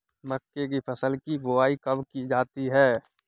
मक्के की फसल की बुआई कब की जाती है?